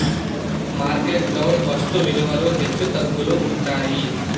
market లో వస్తు విలువలు హెచ్చుతగ్గులు ఉంటాయి